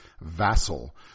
vassal